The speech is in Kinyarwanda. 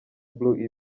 blue